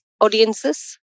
audiences